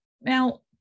now